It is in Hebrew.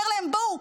אומר להם: בואו,